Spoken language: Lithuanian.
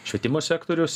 švietimo sektorius